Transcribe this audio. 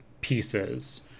pieces